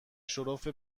شرف